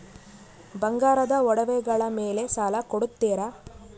ಬಂಗಾರದ ಒಡವೆಗಳ ಮೇಲೆ ಸಾಲ ಕೊಡುತ್ತೇರಾ?